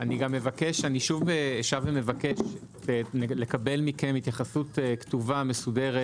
אני שב ומבקש לקבל מכם התייחסות מסודרת,